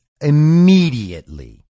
immediately